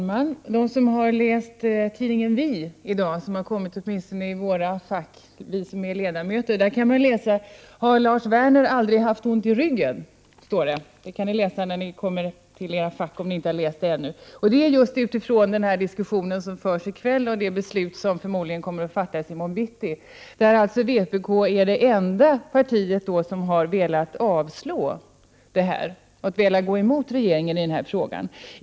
Herr talman! I tidningen Vi, som i dag har kommit i ledamöternas fack, kan man läsa följande: Har Lars Werner aldrig haft ont i ryggen? Det kan ni läsa när ni kommer till era fack, om ni inte har läst det ännu. Detta har sin utgångspunkt i den diskussion som förs i kväll och det beslut som förmodligen kommer att fattas vid nästa arbetsplenum, där vpk är det enda parti som har velat avslå regeringens förslag och gå emot regeringen i denna fråga.